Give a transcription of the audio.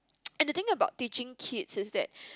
and the thing about teaching kids is that